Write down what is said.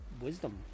wisdom